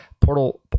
Portal